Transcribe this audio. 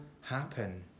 happen